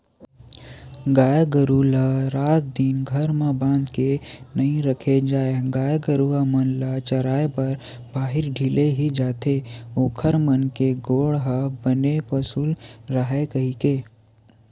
गाय गरु ल रात दिन घर म बांध के नइ रखे जाय गाय गरुवा मन ल चराए बर बाहिर ढिले ही जाथे ओखर मन के गोड़ ह बने पसुल राहय कहिके